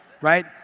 right